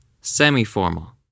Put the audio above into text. semi-formal